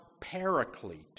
paraclete